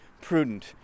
prudent